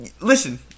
Listen